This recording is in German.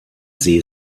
see